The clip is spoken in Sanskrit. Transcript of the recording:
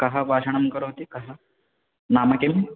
कः भाषणं करोति कः नाम किम्